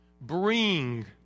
bring